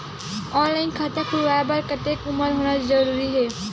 Online खाता खुलवाय बर कतेक उमर होना जरूरी हवय?